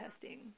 testing